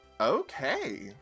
Okay